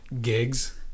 Gigs